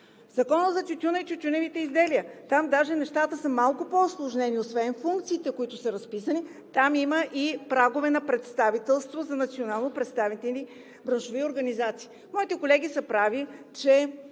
Законът за тютюна и тютюневите изделия – даже нещата са малко по-усложнени и освен функциите, които са разписани, там има и прагове на представителство за национално представени браншови организации. Моите колеги са прави, че